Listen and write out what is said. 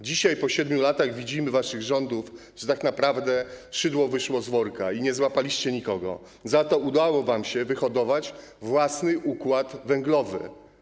Dzisiaj, po 7 latach waszych rządów widzimy, że tak naprawdę szydło wyszło z worka i nie złapaliście nikogo, za to udało wam się wyhodować własny układ węglowy.